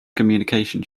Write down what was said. communication